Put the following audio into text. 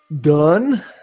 done